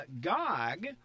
Gog